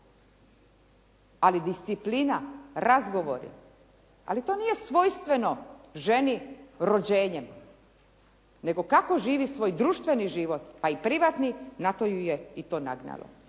Ali disciplina, razgovori, ali to nije svojstveno ženi rođenjem nego kako živi svoj društveni život pa i privatni, na to ju je i to nagnalo.